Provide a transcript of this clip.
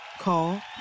Call